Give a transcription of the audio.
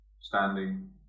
standing